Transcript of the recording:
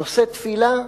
נושא תפילה,